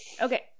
Okay